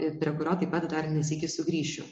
ir prie kurio taip pat dar ne sykį sugrįšiu